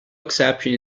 exception